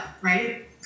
right